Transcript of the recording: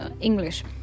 English